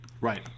Right